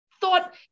thought